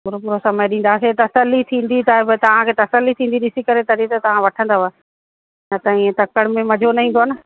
पूरो पूरो समय ॾींदासीं तसली थींदी त तव्हांखे तसली थींदी ॾिसी करे तॾहिं त तव्हां वठंदव न त ईअं तकड़ि में मज़ो न ईंदो न